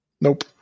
Nope